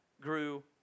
grew